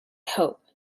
hope